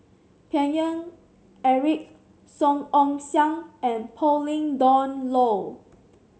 Paine Eric Song Ong Siang and Pauline Dawn Loh